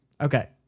okay